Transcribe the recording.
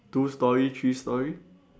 two storey three storey